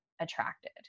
attracted